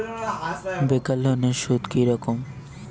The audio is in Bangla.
বেকার লোনের সুদ কি রকম?